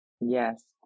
Yes